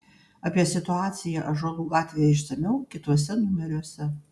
apie situaciją ąžuolų gatvėje išsamiau kituose numeriuose